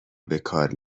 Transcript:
بکار